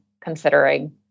considering